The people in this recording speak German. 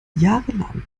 jahrelang